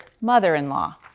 mother-in-law